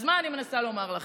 מה אני מנסה לומר לכם,